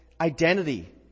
identity